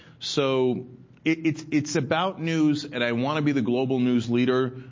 so it's it's about news, and i want to be the global news leader.